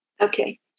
Okay